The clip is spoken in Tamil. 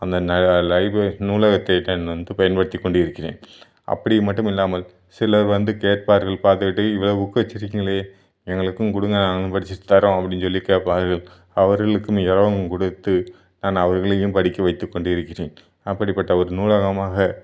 அந்த ந லைப நூலகத்தை நான் வந்து பயன்படுத்திக் கொண்டிருக்கிறேன் அப்படி மட்டுமில்லாமல் சிலர் வந்து கேட்பார்கள் பார்த்துவிட்டு இவ்வளோ புக்கு வச்சிருக்கீங்களே எங்களுக்கும் கொடுங்க நாங்களும் படிச்சிட்டு தர்றோம் அப்படின்னு சொல்லி கேட்பார்கள் அவர்களுக்கும் இரவங் கொடுத்து நான் அவர்களையும் படிக்க வைத்துக் கொண்டிருக்கிறேன் அப்படிப்பட்ட ஒரு நூலகமாக